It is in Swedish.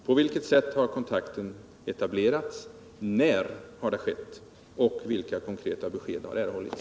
På vilket sätt har kontakten i så fall etablerats, när har den tagits och vilka konkreta besked har erhållits?